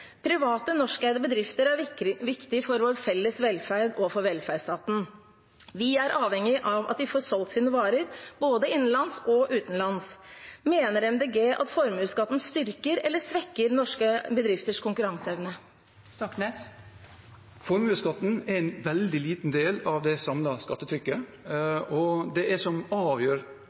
Private norskeide bedrifter er viktige for vår felles velferd og for velferdsstaten. Vi er avhengige av at de får solgt sine varer, både innenlands og utenlands. Mener Miljøpartiet De Grønne at formuesskatten styrker eller svekker norske bedrifters konkurranseevne? Formuesskatten er en veldig liten del av det samlede skattetrykket. Det som avgjør